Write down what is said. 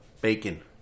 bacon